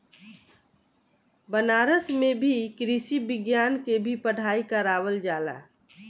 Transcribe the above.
बनारस में भी कृषि विज्ञान के भी पढ़ाई करावल जाला